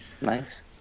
nice